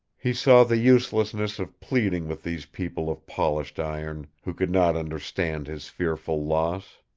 he saw the uselessness of pleading with these people of polished iron, who could not understand his fearful loss.